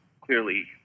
clearly